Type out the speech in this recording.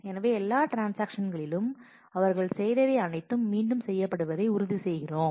எனவே எல்லா ட்ரான்ஸாக்ஷன்ஸ்களிலும் அவர்கள் செய்தவை அனைத்தும் மீண்டும் செய்யப்படுவதை உறுதிசெய்கிறோம்